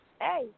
hey